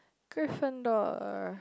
Griffindor a